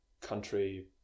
country